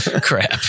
crap